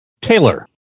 Taylor